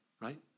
right